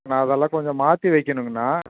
நான் அதெல்லாம் கொஞ்சம் மாற்றி வைக்கணுங்கனா